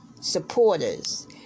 supporters